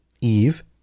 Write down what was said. Eve